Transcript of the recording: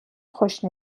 خوش